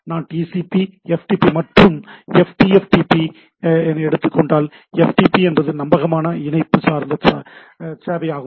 எனவே நாம் TCP FTP TCP FTP மற்றும் டிஎஃப்டிபி ஐ எடுத்துக்கொண்டால் எஃப்டிபி என்பது நம்பகமான இணைப்பு சார்ந்த சேவையாகும்